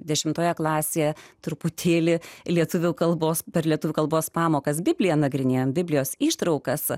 dešimtoje klasėje truputėlį lietuvių kalbos per lietuvių kalbos pamokas biblija nagrinėjant biblijos ištraukas